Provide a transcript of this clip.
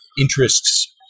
interests